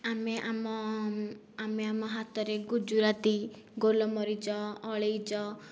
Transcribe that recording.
ଆମେ ଆମ ଆମେ ଆମ ହାତରେ ଗୁଜୁରାତି ଗୋଲମରିଚ ଅଳେଇଚ